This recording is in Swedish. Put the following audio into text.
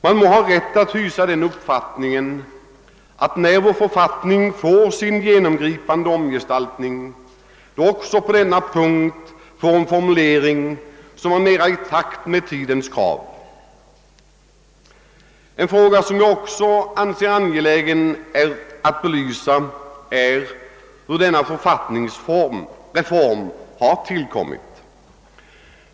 Man må ha rätt att hysa den uppfattningen att när vår författning får sin genomgripande omgestaltning det också på denna punkt blir en formulering som mera står i överensstämmelse med tidens krav. En annan fråga som jag anser angeläget att belysa är hur denna författningsreform har tillkommit.